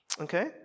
Okay